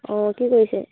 অঁ কি কৰিছে